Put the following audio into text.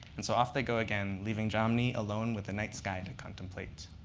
and so off they go again, leaving jomny alone with the night sky to contemplate.